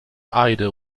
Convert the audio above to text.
either